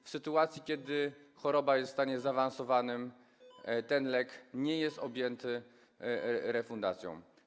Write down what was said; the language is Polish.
W sytuacji, kiedy choroba jest w stanie zaawansowanym, ten lek nie jest objęty refundacją.